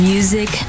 Music